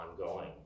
ongoing